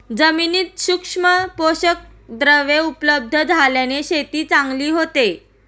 जमिनीत सूक्ष्म पोषकद्रव्ये उपलब्ध झाल्याने शेती चांगली होते